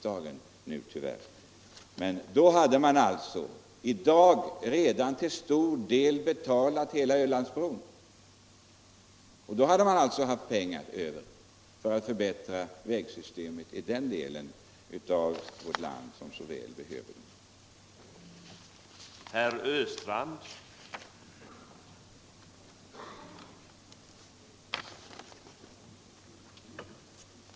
Annars hade vi redan i dag till stora delar haft Ölandsbron betald och alltså haft pengar över för att förbättra vägsystemet i den del av vårt land som så väl behöver det.